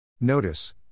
Notice